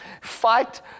fight